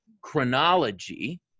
chronology